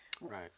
Right